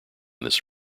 this